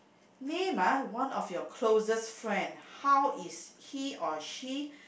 name ah one of your closest friend how is he or she